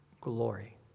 glory